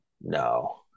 No